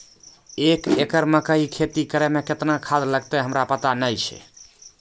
एक एकरऽ मकई के खेती करै मे केतना खाद लागतै हमरा पता नैय छै?